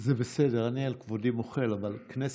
זה בסדר, אני על כבודי מוחל, אבל "כנסת